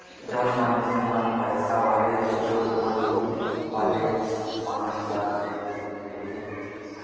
जउन मनखे मन पइसा वाले रहिथे ओमन युद्ध वाले बांड ल घलो लेथे